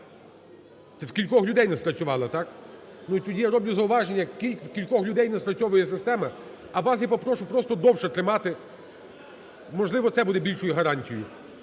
В кількох людей не спрацювало, так? Тоді я роблю зауваження: у кількох людей не спрацьовує система. А вас я попрошу просто довше тримати, можливо, це буде більшою гарантією.